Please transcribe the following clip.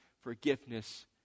forgiveness